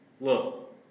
Look